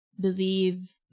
believe